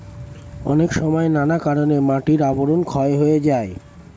অনেক সময় নানা কারণে মাটির আবরণ ক্ষয় হয়ে যায়